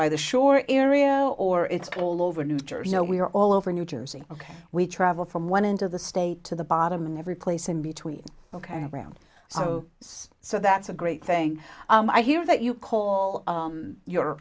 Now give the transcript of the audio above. by the shore area or it's all over new jersey know we're all over new jersey ok we travel from one end of the state to the bottom in every place in between ok ground zero so that's a great thing i hear that you call your